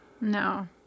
No